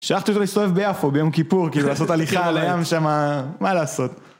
שלחתי אותו להסתובב ביפו ביום כיפור, כאילו לעשות הליכה על הים שמה, מה לעשות?